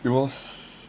it was